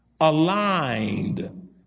aligned